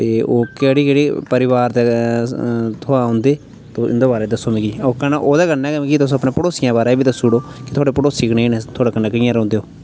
ते ओह् केह्ड़ी केह्ड़ी परिवार दे थमां औंदे तुस उं'दे बारे दस्सो मिगी ओह्दे कन्नै गी मिगी तुस अपने पड़ोसियें बारे बी दस्सी ओड़ो कि थुआढ़े पड़ोसी कनेह् न थुआढ़े कन्नै कियां रौंह्दे ओह्